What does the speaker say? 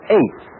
eight